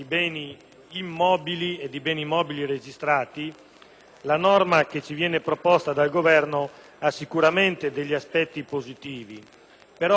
la norma che ci viene proposta dal Governo presenta sicuramente degli aspetti positivi, ma riteniamo di dover votare a favore dell'emendamento